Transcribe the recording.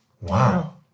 Wow